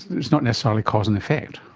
it's not necessarily cause and effect.